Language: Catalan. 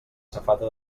safata